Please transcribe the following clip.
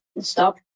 Stop